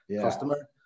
customer